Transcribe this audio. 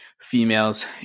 females